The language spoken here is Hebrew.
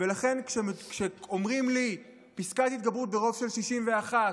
לכן, כשאומרים לי "פסקת התגברות ברוב של 61",